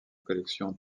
collection